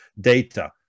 data